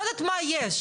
לא יודעת מה יש,